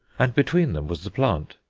and between them was the plant.